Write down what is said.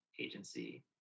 agency